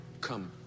Come